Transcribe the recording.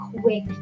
quick